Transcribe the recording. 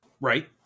Right